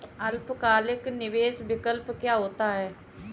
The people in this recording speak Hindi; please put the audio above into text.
अल्पकालिक निवेश विकल्प क्या होता है?